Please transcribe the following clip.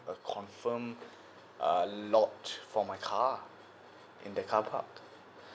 a confirm uh lot for my car in the car park